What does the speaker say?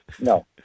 no